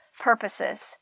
purposes